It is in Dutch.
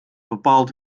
bepaald